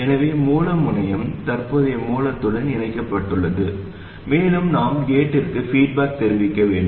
எனவே மூல முனையம் தற்போதைய மூலத்துடன் இணைக்கப்பட்டுள்ளது மேலும் நாம் கேட்டிற்கு பீட்பாக் தெரிவிக்க வேண்டும்